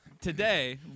today